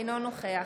אינו נוכח